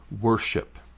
worship